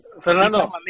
Fernando